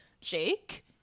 Jake